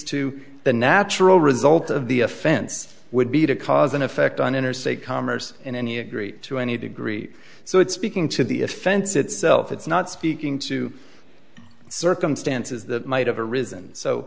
to the natural result of the offense would be to cause an effect on interstate commerce in any agree to any degree so it's speaking to the offense itself it's not speaking to circumstances that might have arisen so